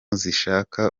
zishaka